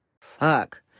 Fuck